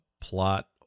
plot